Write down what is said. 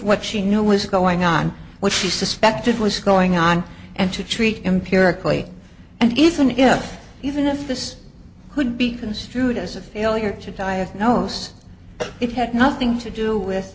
what she knew was going on which she suspected was going on and to treat empirically and even if even if this could be construed as a failure to diagnose it had nothing to do with